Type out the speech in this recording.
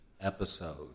episode